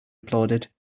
applauded